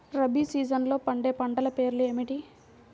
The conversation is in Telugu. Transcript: రబీ సీజన్లో పండే పంటల పేర్లు ఏమిటి?